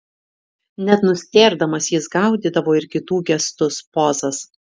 net nustėrdamas jis gaudydavo ir kitų gestus pozas